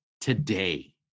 today